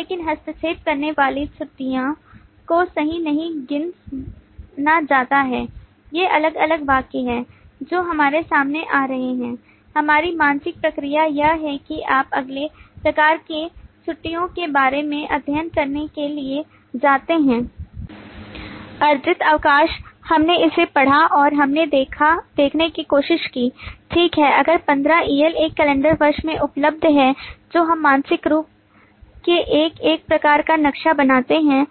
लेकिन हस्तक्षेप करने वाली छुट्टियों को सही नहीं गिना जाता है ये अलग अलग वाक्य हैं जो हमारे सामने आ रहे हैं हमारी मानसिक प्रक्रिया यह है कि आप अगले प्रकार के पत्तों के बारे में अध्ययन करने के लिए जाते हैं अर्जित अवकाश हमने इसे पढ़ा और हमने देखने की कोशिश की ठीक है अगर 15 EL एक कैलेंडर वर्ष में उपलब्ध हैं जो हम मानसिक रूप से एक एक प्रकार का नक्शा बनाते हैं